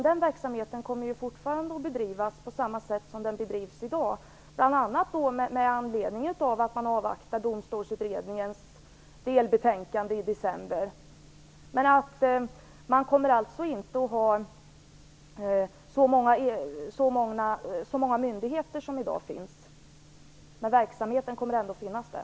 Den verksamheten kommer fortsatt att bedrivas på samma sätt som i dag, bl.a. med anledning av att man avvaktar Domstolsutredningens delbetänkande i december. Det kommer alltså inte att vara så många myndigheter som i dag, men verksamheten kommer ändå att finnas där.